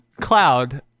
cloud